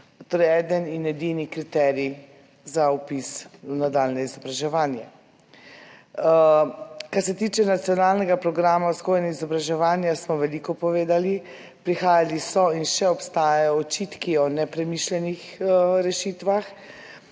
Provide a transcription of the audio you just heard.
torej eden in edini kriterij za vpis v nadaljnje izobraževanje. Kar se tiče nacionalnega programa vzgoje in izobraževanja, smo veliko povedali, prihajali so in še obstajajo očitki o nepremišljenih rešitvah.